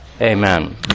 amen